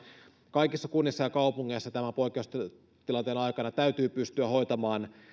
kaikissa kunnissa ja kaupungeissa tämän poikkeustilanteen aikana täytyy pystyä hoitamaan